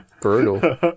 brutal